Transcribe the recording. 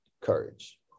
Courage